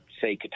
say